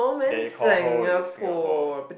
that you call home the Singapore